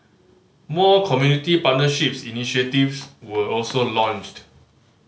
more community partnerships initiatives were also launched